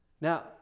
Now